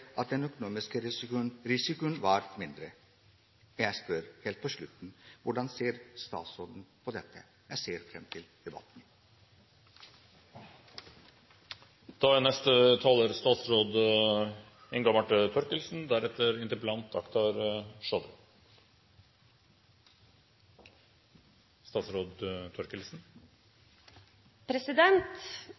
at den økonomiske risikoen var mindre. Jeg spør helt til slutt: Hvordan ser statsråden på dette? Jeg ser fram til debatten.